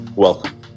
Welcome